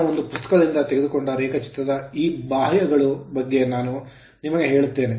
ನಾನು ಒಂದು ಪುಸ್ತಕದಿಂದ ತೆಗೆದುಕೊಂಡ ರೇಖಾಚಿತ್ರದ ಈ ಬಾಹ್ಯಗಳ ಬಗ್ಗೆ ನಾನು ನಿಮಗೆ ಹೇಳುತ್ತೇನೆ